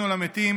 בכבוד.